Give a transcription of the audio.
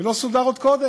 זה לא סודר עוד קודם.